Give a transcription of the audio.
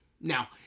Now